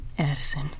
Addison